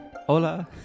hola